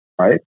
Right